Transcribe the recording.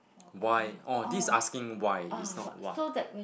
why oh this is asking why is not what